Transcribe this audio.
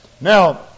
Now